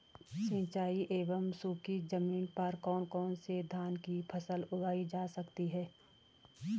सिंचाई एवं सूखी जमीन पर कौन कौन से धान की फसल उगाई जा सकती है?